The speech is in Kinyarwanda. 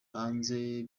hanze